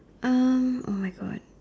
um !oh-my-God!